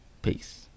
peace